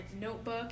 notebook